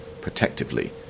protectively